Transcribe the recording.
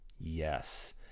Yes